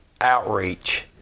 outreach